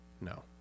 No